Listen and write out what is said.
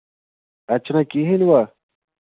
اَتہِ چھُنہ کہیٖنۍ یِوان